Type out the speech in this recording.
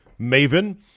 Maven